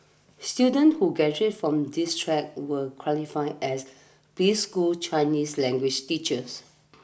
students who graduate from this track will qualify as preschool Chinese language's teachers